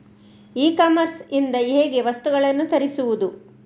E commerce ಇಂದ ಹೇಗೆ ವಸ್ತುಗಳನ್ನು ತರಿಸುವುದು?